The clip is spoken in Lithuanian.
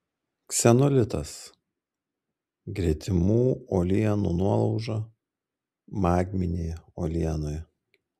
ksenolitas gretimų uolienų nuolauža magminėje uolienoje